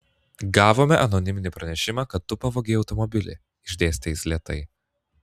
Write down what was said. gavome anoniminį pranešimą kad tu pavogei automobilį išdėstė jis lėtai